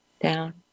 down